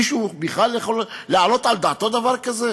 מישהו בכלל יכול להעלות על דעתו דבר כזה?